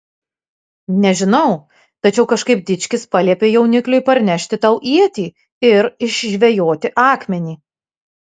nežinau tačiau kažkaip dičkis paliepė jaunikliui parnešti tau ietį ir išžvejoti akmenį